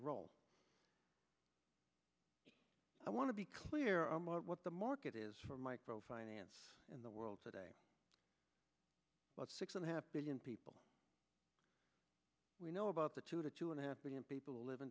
role i want to be clear what the market is for micro finance in the world today about six and a half billion people we know about the two to two and a half million people